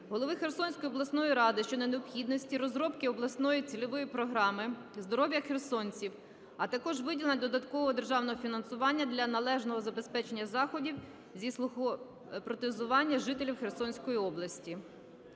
голови Херсонської обласної ради щодо необхідності розробки обласної цільової програми "ЗДОРОВ'Я ХЕРСОНЦІВ", а також виділення додаткового державного фінансування для належного забезпечення заходів зі слухопротезування жителів Херсонської області.